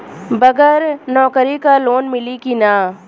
बगर नौकरी क लोन मिली कि ना?